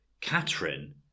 Catherine